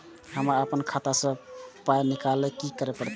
हम आपन खाता स पाय निकालब की करे परतै?